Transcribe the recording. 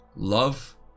Love